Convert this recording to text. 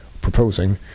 proposing